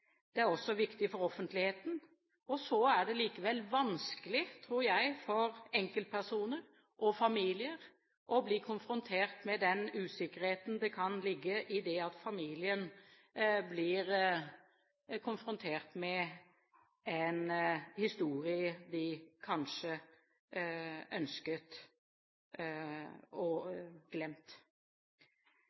Det er også viktig for offentligheten. Men så er det likevel vanskelig, tror jeg, for enkeltpersoner og familier med den usikkerheten som kan ligge i at familien blir konfrontert med en historie de kanskje ønsket glemt.